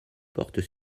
portent